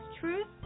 truth